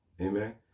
Amen